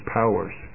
powers